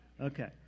Okay